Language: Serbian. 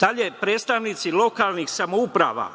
Dalje, predstavnici lokalnih samouprava,